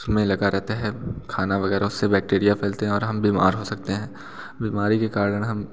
उस में लगा रहता है खाना वग़ैरह उससे बैक्टीरिया फैलते हैं और हम बीमार हो सकते हैं बीमारी के कारण हम